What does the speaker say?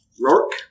Rourke